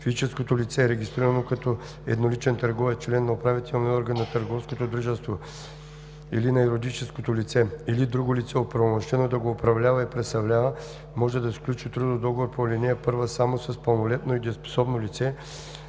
Физическото лице, регистрирано като едноличен търговец, член на управителния орган на търговското дружество или на юридическото лице, или друго лице, оправомощено да го управлява и представлява, може да сключи трудов договор по ал. 1 само с пълнолетно и дееспособно лице,